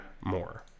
more